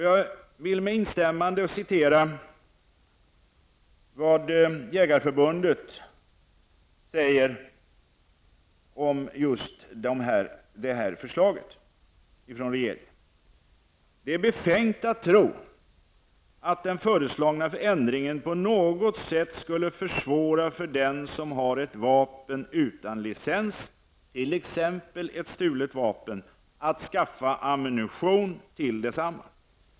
Jag instämmer i vad Jägareförbundet säger om just det här förslaget från regeringen: ''Det är befängt att tro att den föreslagna ändringen på något sätt skulle försvåra för den som har ett vapen utan licens t.ex. ett stulet vapen, att skaffa ammunition till detsamma.